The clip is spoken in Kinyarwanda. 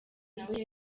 nawe